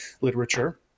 literature